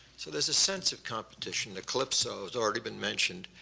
so, there's a sense of competition, the calypso's already been mentioned.